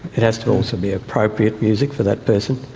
it has to also be appropriate music for that person.